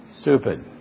stupid